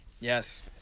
yes